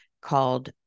called